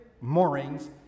moorings